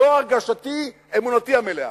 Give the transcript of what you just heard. זו הרגשתי, אמונתי המלאה.